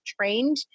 trained